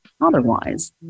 otherwise